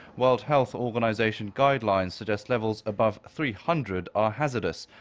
world health organization guidelines suggest levels above three hundred are hazardous.